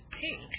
pink